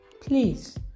Please